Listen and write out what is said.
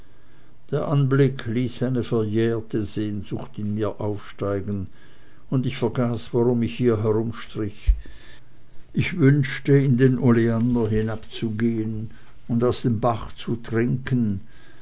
der anblick ließ eine verjährte sehnsucht in mir aufsteigen und ich vergaß warum ich hier herumstrich ich wünschte in den oleander hinabzugehen und aus dem bach zu trinken